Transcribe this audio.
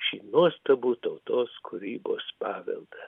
šį nuostabų tautos kūrybos paveldą